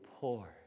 poor